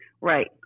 Right